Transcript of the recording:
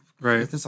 Right